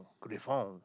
Griffon